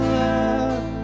love